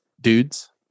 dudes